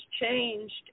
changed